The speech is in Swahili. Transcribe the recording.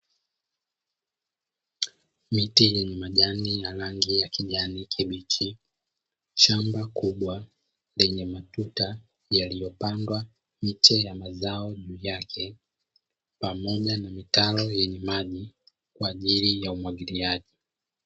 Miti yenye majani yenye rangi ya kijani kibichi, Shamba kubwa lenye matuta yalio pandwa miche yenye mazoa juu yake pamoja na mitalo juu yake pamoja na umwagiliaji.